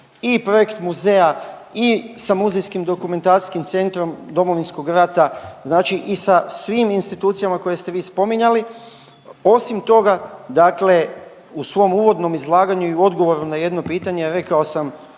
i projekt Muzeja i sa Muzejskim dokumentacijskim centrom Domovinskog rata, znači i sa svim institucijama koje ste vi spominjali. Osim toga dakle u svom uvodnom izlaganju i u odgovoru na jedno pitanje rekao sam